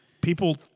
People